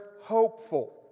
hopeful